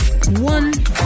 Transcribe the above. one